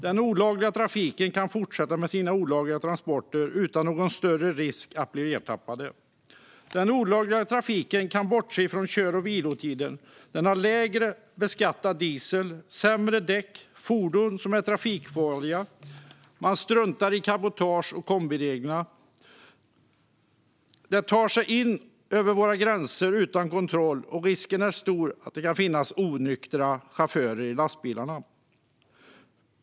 Den olagliga trafiken kan fortsätta med sina olagliga transporter utan någon större risk att bli ertappad. Den olagliga trafiken kan bortse från kör och vilotider. Den har lägre beskattad diesel, sämre däck och fordon som är trafikfarliga. Den struntar i cabotage och kombireglerna. Den tar sig över våra gränser utan kontroll. Och risken är stor att det kan finnas onyktra chaufförer i lastbilarna.